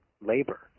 Labor